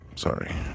Sorry